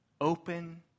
Open